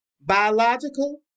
Biological